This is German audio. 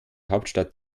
hauptstadt